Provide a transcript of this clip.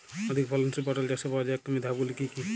অধিক ফলনশীল পটল চাষের পর্যায়ক্রমিক ধাপগুলি কি কি?